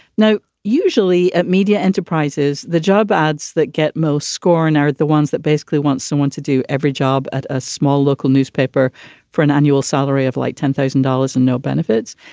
now, usually media enterprises, the job ads that get most scorn are the ones that basically want someone to do every job at a small local newspaper for an annual salary of like ten thousand dollars and no benefits.